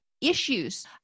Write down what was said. issues